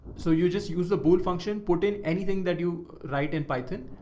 so you just use the bull function, put in anything that you write in python?